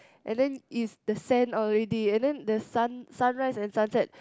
and then is the sand already and then the sun sunrise and sunset